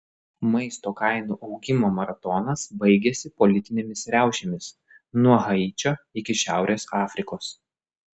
maisto kainų augimo maratonas baigėsi politinėmis riaušėmis nuo haičio iki šiaurės afrikos